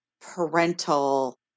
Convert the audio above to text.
parental